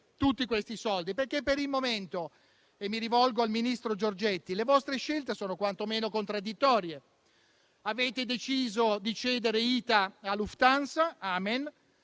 tutti questi soldi, perché per il momento - mi rivolgo al ministro Giorgetti - le scelte del Governo sono quantomeno contraddittorie. Avete deciso di cedere ITA a Lufthansa? Amen,